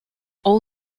all